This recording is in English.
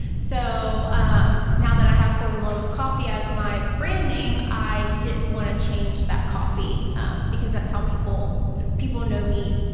so now that i have for the love of coffey as my brand name i didn't want to change that coffey because that's how people yeah people know me,